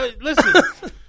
Listen